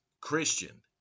Christian